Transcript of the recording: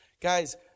guys